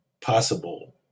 possible